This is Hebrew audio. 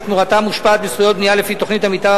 שתמורתה מושפעת מזכויות בנייה לפי תוכנית המיתאר